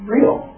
real